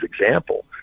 example